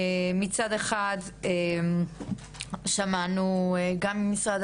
מצד אחד שמענו גם ממשרד